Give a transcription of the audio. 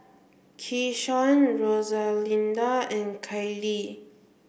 Keyshawn Rosalinda and Kailee